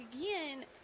again